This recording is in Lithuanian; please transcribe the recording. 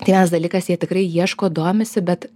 tai vienas dalykas jie tikrai ieško domisi bet